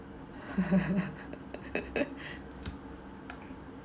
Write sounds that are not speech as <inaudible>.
<laughs>